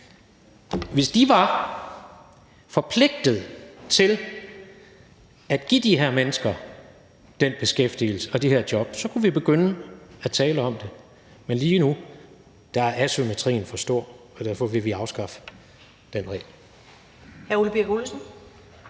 var forpligtet til at give de her mennesker den beskæftigelse og de her job, så kunne vi begynde at tale om det, men lige nu er asymmetrien for stor, og derfor vil vi afskaffe den regel.